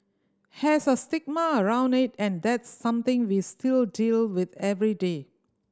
has a stigma around it and that's something we still deal with every day